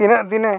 ᱛᱤᱱᱟᱹᱜ ᱫᱤᱱᱮ